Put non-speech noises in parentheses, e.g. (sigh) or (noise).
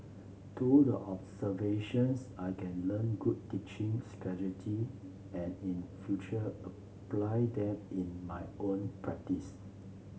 through the observations I can learn good teaching (unintelligible) and in future apply them in my own practice